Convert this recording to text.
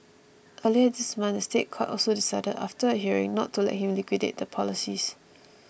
earlier this month the State Court also decided after a hearing not to let him liquidate the policies